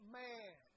man